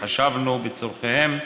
והתחשבנו בצורכיהם,